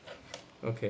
okay